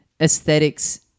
aesthetics